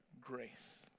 Grace